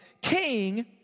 king